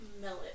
millet